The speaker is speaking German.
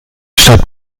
stadt